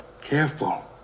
Careful